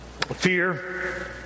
Fear